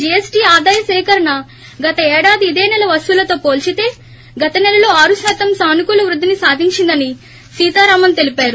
GST ఆదాయ సేకరణ గత ఏడాది ఇదే నెల వసూళ్లతో పోల్సితే గత నెలలో ఆరు శాతం సానుకూల వృద్గిని సాధించిందని సీతారామన్ తెలిపారు